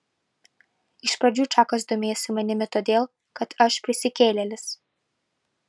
iš pradžių čakas domėjosi manimi todėl kad aš prisikėlėlis